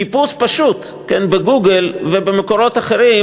חיפוש פשוט ב"גוגל" ובמקורות אחרים